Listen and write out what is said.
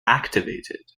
activated